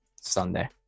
Sunday